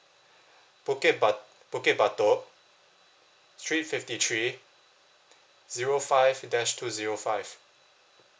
bukit ba~ bukit batok three fifty three zero five dash two zero five